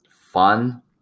fun